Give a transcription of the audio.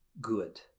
good